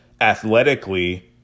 athletically